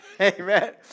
Amen